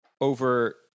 over